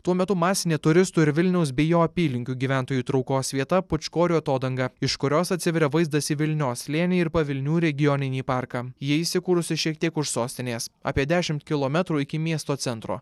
tuo metu masinė turistų ir vilniaus bei jo apylinkių gyventojų traukos vieta pūčkorių atodanga iš kurios atsiveria vaizdas į vilnios slėnį ir pavilnių regioninį parką ji įsikūrusi šiek tiek už sostinės apie dešimt kilometrų iki miesto centro